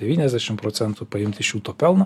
devyniasdešim procentų paimt iš jų to pelno